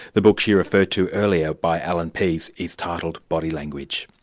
the book she referred to earlier by alan pease, is titled body language.